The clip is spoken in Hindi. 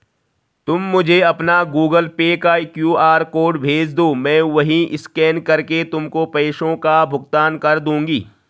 तुम मुझे अपना गूगल पे का क्यू.आर कोड भेजदो, मैं वहीं स्कैन करके तुमको पैसों का भुगतान कर दूंगी